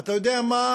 אתה יודע מה,